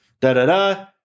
da-da-da